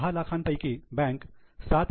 दहा लाखा पैकी बँक 7